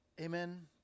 Amen